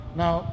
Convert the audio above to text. now